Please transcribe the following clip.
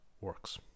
works